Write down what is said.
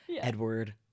Edward